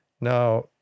Now